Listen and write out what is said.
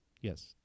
Yes